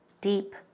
deep